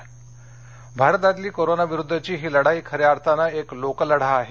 मनकीबात भारतातली कोरोना विरुद्धची ही लढाई खऱ्या अर्थानं एक लोक लढा आहे